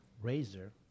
Razor